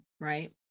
right